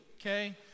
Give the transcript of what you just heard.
okay